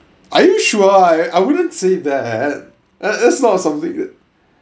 are you sure I I wouldn't say that that's not something that